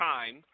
Time